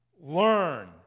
learn